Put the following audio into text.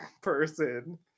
person